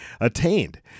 attained